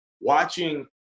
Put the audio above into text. watching